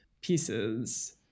pieces